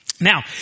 Now